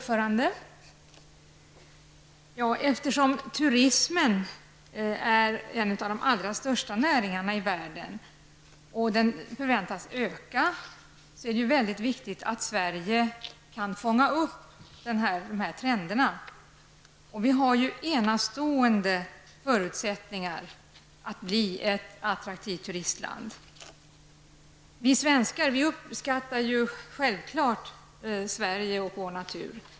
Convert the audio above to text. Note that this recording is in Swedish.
Fru talman! Turismen är en av de största näringarna i världen, och den förväntas öka. Det är därför viktigt att Sverige kan fånga upp dessa trender. Sverige har enastående förutsättningar att bli ett attraktivt turistland. Vi svenskar uppskattar självfallet Sverige och landets natur.